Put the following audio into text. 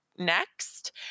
next